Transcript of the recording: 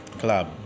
club